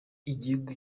igihugu